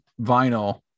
vinyl